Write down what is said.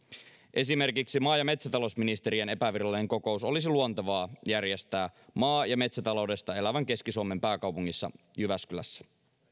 esimerkiksi maa ja metsätalousministerien epävirallinen kokous olisi luontevaa järjestää maa ja metsätaloudesta elävän keski suomen pääkaupungissa jyväskylässä